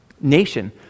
nation